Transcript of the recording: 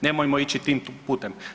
Nemojmo ići tim putem.